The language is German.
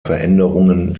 veränderungen